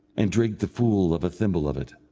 and drank the full of a thimble of it,